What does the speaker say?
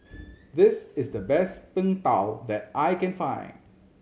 this is the best Png Tao that I can find